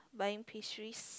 buying pastries